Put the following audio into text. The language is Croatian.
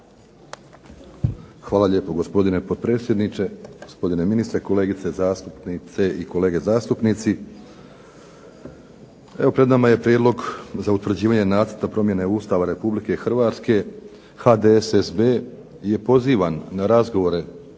Hvala lijepo, gospodine potpredsjedniče. Gospodine ministre, kolegice zastupnice i kolege zastupnici. Evo pred nama je Prijedlog za utvrđivanje Nacrta promjene Ustava Republike Hrvatske. HDSSB je pozivan na razgovore